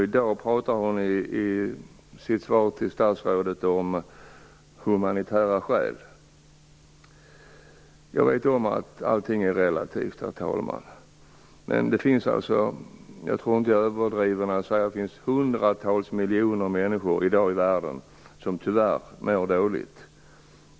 I dag talade hon i sitt inlägg till statsrådet om humanitära skäl. Jag vet att allting är relativt. Men jag tror inte att jag överdriver om jag säger att det i dag finns hundratals miljoner människor i världen som tyvärr mår dåligt.